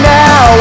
now